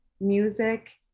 music